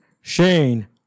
Shane